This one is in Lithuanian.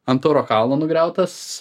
ant tauro kalno nugriautas